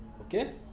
Okay